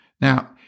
Now